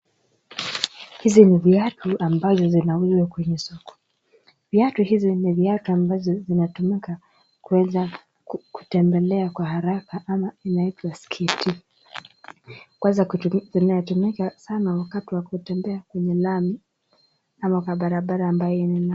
Hizi ni viatu ambazo zinauzwa kwenye soko. Viatu hizi ni viatu ambazo zinatumika kwenda kutembelea kwa haraka ama inaitwa skate . Kwanza zinatumika sana wakati wa kutembea kwenye lami ama kwa barabara ambayo ni.